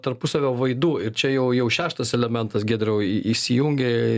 tarpusavio vaidų ir čia jau jau šeštas elementas giedriau įsijungė